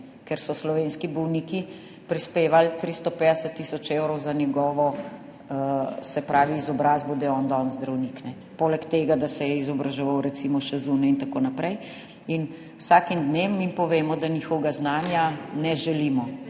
ker so slovenski bolniki prispevali 350 tisoč evrov za njegovo izobrazbo, da je on danes zdravnik. Poleg tega, da se je izobraževal recimo še zunaj in tako naprej. In z vsakim dnem jim povemo, da njihovega znanja ne želimo.